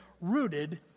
rooted